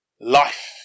life